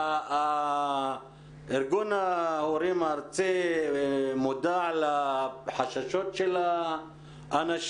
ארגון ההורים הארצי מודע לחששות והוא